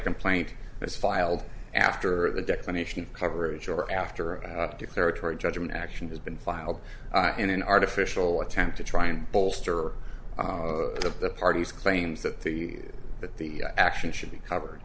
complaint is filed after the definition of coverage or after a declaratory judgment action has been filed in an artificial attempt to try and bolster that of the party's claims that the the the action should be covered